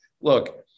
look